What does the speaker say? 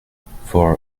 for